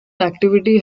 activity